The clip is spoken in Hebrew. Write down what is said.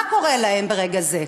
מה קורה להם ברגע זה?